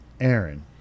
Aaron